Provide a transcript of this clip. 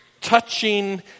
touching